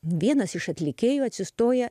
vienas iš atlikėjų atsistoja